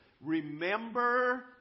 Remember